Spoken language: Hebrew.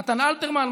נתן אלתרמן,